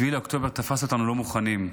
7 באוקטובר תפס אותנו לא מוכנים.